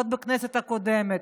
עוד בכנסת הקודמת.